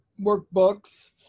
workbooks